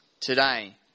today